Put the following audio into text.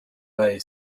lay